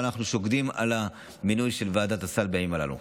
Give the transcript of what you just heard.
אנחנו שוקדים על המינוי של ועדת הסל בימים הללו.